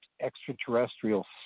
extraterrestrial